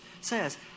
says